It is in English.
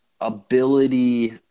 ability